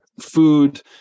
food